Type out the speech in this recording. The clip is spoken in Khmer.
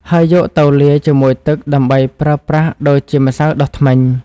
ហើយយកទៅលាយជាមួយទឹកដើម្បីប្រើប្រាស់ដូចជាម្សៅដុសធ្មេញ។